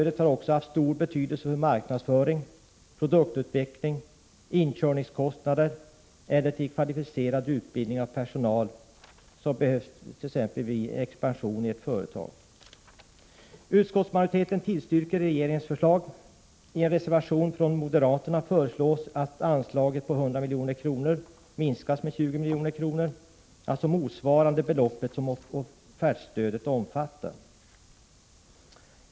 Den har också haft stor betydelse för marknadsföring, produktutveckling, inkörningskostnader och kvalificerad utbildning av personal som behövs vid en expansion i ett företag. Utskottsmajoriteten tillstyrker regeringens förslag. I en reservation från moderaterna föreslås att anslaget på 100 milj.kr. minskas med 20 milj.kr., motsvarande det belopp som offertstödet omfattar.